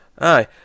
aye